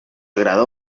agrada